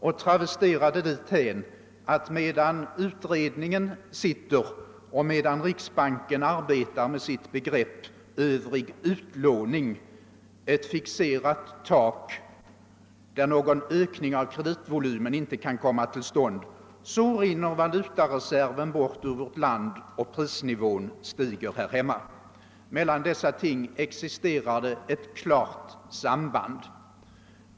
Man kan travestera det därhän att medan utredningen sitter och medan riksbanken arbetar med sitt begrepp »övrig utlåning» — under ett fixerat tak där någon ökning av kreditvolymen inte kan komma till stånd — så rinner valutareserven bort ur vårt land och prisnivån stiger här hemma. Mellan dessa ting existerar ett klart samband.